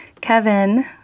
Kevin